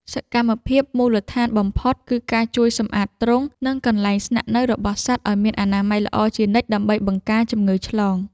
សកម្មភាពមូលដ្ឋានបំផុតគឺការជួយសម្អាតទ្រុង និងកន្លែងស្នាក់នៅរបស់សត្វឱ្យមានអនាម័យល្អជានិច្ចដើម្បីបង្ការជំងឺឆ្លង។